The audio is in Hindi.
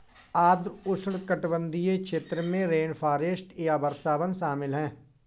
आर्द्र उष्णकटिबंधीय क्षेत्र में रेनफॉरेस्ट या वर्षावन शामिल हैं